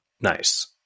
Nice